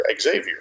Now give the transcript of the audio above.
Xavier